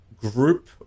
group